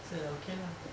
so like okay lah